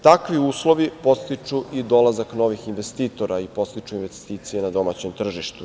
Takvi uslovi podstiču i dolazak novih investitora i podstiču investicije na domaćem tržištu.